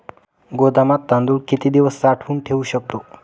गोदामात तांदूळ किती दिवस साठवून ठेवू शकतो?